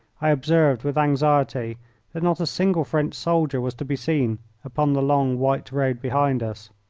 i observed with anxiety that not a single french soldier was to be seen upon the long, white road behind us.